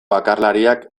bakarlariak